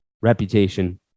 reputation